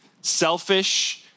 selfish